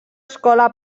escola